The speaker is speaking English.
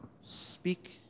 speak